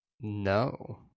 No